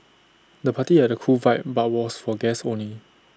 the party had A cool vibe but was for guests only